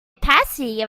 opacity